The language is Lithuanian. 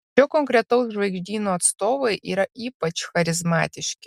šio konkretaus žvaigždyno atstovai yra ypač charizmatiški